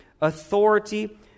authority